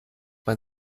man